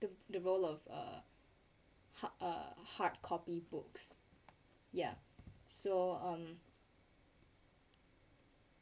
the the role of uh hard uh hard copy books yeah so um